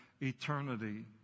eternity